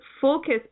focus